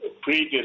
previous